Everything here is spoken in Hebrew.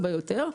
הרבה יותר,